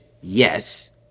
yes